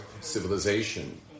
civilization